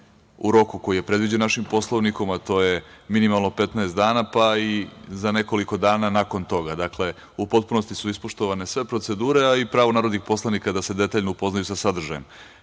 u roku koji je predviđen našim Poslovnikom, a to je minimalno 15 dana, pa i za nekoliko dana nakon toga. Dakle, u potpunosti su ispoštovane sve procedure a i pravo narodnih poslanika da se detaljno upoznaju sa sadržajem. Zakonska